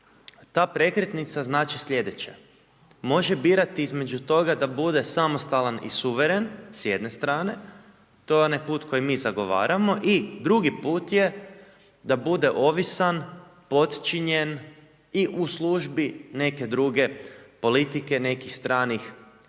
Ta prekretnica znači sljedeće, može birati između toga, da bude samostalan i suvremen s jedne strane, to je onaj put kojeg mi zagovaramo i drugi put je da bude ovisan, podčinjen i u službi neke druge politike, nekih stranih